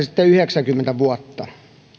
sitten yhdeksänkymmentä vuotta